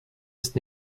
ist